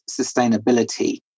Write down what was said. sustainability